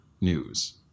News